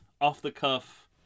off-the-cuff